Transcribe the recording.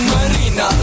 Marina